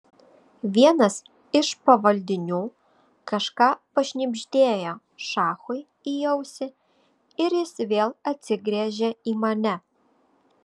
vienas iš pavaldinių kažką pašnibždėjo šachui į ausį ir jis vėl atsigręžė į mane